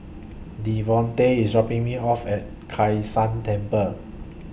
Devonte IS dropping Me off At Kai San Temple